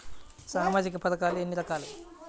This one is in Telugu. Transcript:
సామాజిక పథకాలు ఎన్ని రకాలు?